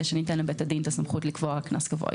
שניתן לבית הדין את הסמכות לקבוע קנס גבוה יותר.